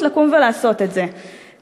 יש דרך